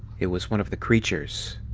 it was one of the creatures.